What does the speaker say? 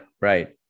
right